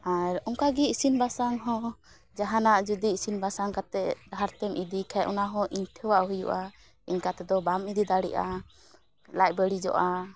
ᱟᱨ ᱚᱝᱠᱟ ᱜᱮ ᱤᱥᱤᱱ ᱵᱟᱥᱟᱝ ᱦᱚᱸ ᱡᱟᱦᱟᱱᱟᱜ ᱡᱩᱫᱤ ᱤᱥᱤᱱ ᱵᱟᱥᱟᱝ ᱠᱟᱛᱮᱫ ᱰᱟᱦᱟᱨ ᱛᱮᱢ ᱤᱫᱤᱭ ᱠᱷᱟᱱ ᱚᱱᱟ ᱦᱚᱸ ᱟᱹᱭᱴᱷᱟᱹᱣᱟᱜ ᱦᱩᱭᱩᱜᱼᱟ ᱮᱝᱠᱟ ᱛᱮᱫᱚ ᱵᱟᱢ ᱤᱫᱤ ᱫᱟᱲᱮᱭᱟᱜᱼᱟ ᱞᱟᱡ ᱵᱟᱹᱲᱤᱡᱚᱜᱼᱟ